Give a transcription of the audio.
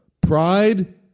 Pride